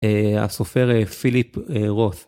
הסופר פיליפ רוץ.